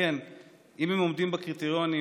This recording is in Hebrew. אם הם עומדים בקריטריונים,